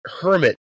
hermit